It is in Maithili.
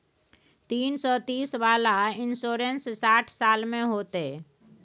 तीन सौ तीस वाला इन्सुरेंस साठ साल में होतै?